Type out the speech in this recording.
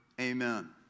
amen